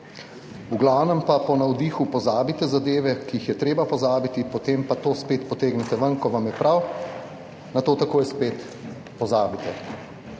V glavnem pa po navdihu pozabite zadeve, ki jih je treba pozabiti, potem pa to spet potegnete ven, ko vam je prav, nato takoj spet pozabite.